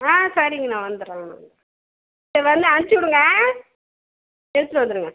ஆ சரிங்கண்ணா வந்துடுறோம் வந்து அனுப்பிச்சி விடுங்க எடுத்துட்டு வந்துடுங்க